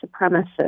supremacists